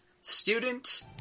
student